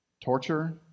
torture